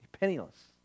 penniless